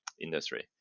industry